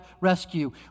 rescue